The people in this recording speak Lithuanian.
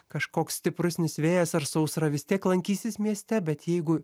kažkoks stipresnis vėjas ar sausra vis tiek lankysis mieste bet jeigu